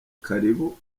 karibu